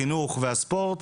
החינוך והספורט,